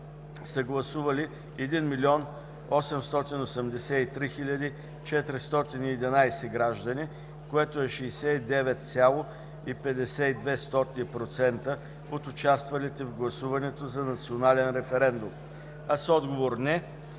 гласували 1 883 411 граждани, което е 69,52% от участвалите в гласуването за национален референдум, а с отговор